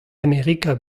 amerika